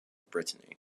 brittany